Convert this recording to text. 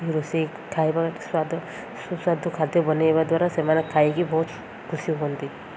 ରୋଷେଇ ଖାଇବା ସ୍ୱାଦ ସୁସ୍ଵାଦ ଖାଦ୍ୟ ବନେଇବା ଦ୍ୱାରା ସେମାନେ ଖାଇକି ବହୁତ ଖୁସି ହୁଅନ୍ତି